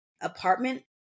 apartment